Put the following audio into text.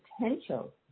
potential